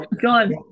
John